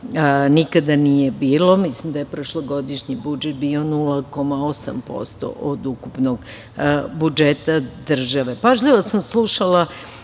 nikada nije bilo. Mislim da je prošlogodišnji budžet bio 0,8% od ukupnog budžeta države. Pažljivo sam slušala